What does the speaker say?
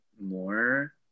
more